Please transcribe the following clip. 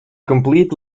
complete